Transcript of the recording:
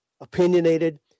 opinionated